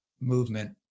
movement